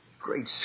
great